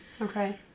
Okay